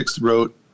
wrote